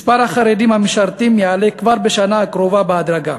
מספר החרדים המשרתים יעלה כבר בשנה הקרובה בהדרגה